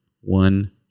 One